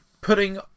putting